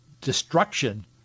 destruction